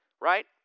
right